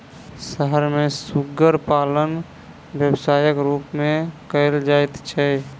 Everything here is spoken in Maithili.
शहर मे सुग्गर पालन व्यवसायक रूप मे कयल जाइत छै